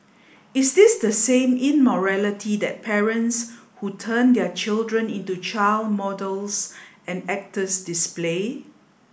is this the same immorality that parents who turn their children into child models and actors display